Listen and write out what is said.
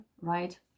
right